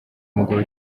umugabo